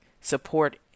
support